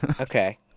Okay